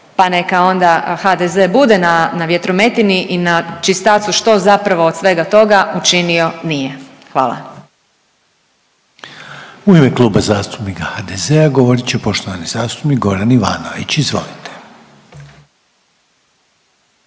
pa neka onda HDZ bude na vjetrometini i na čistacu što zapravo od svega toga učinio nije. Hvala. **Reiner, Željko (HDZ)** U ime Kluba zastupnika HDZ-a govorit će poštovani zastupnik Goran Ivanović. Izvolite.